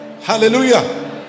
Hallelujah